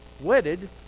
wedded